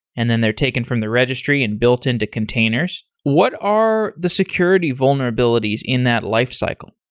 and then they're taken from the registry and built into containers. what are the security vulnerabilities in that lifecycle?